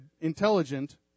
intelligent